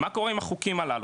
מה קורה עם החוקים הללו.